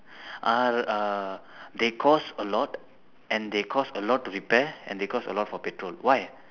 are uh they cost a lot and they cost a lot to repair and they cost a lot for petrol why